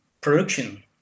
production